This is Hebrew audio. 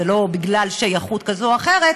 זה לא בגלל שייכות כזו או אחרת,